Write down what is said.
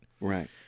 Right